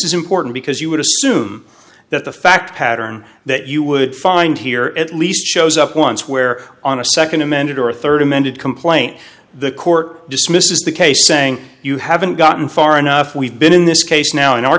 is important because you would assume that the fact pattern that you would find here at least shows up once where on a second amended or third amended complaint the court dismisses the case saying you haven't gotten far enough we've been in this case now in our